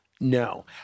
No